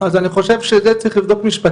אז אני חושב שאת זה אני צריך לבדוק משפטית.